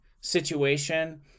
situation